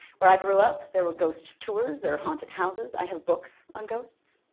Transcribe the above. where i grew up there were ghost tours there haunted houses i have books on ghosts